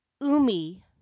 Umi